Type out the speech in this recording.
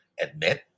Admit